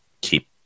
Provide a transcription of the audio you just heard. keep